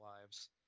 lives